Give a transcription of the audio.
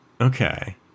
Okay